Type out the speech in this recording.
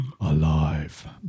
Alive